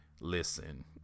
listen